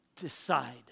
Decide